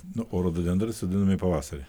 nu o rododendrai sodinami pavasarį